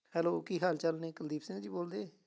hello ਕੀ ਹਾਲ ਚਾਲ ਨੇ ਕੁਲਦੀਪ ਸਿੰਘ ਜੀ ਬੋਲਦੇ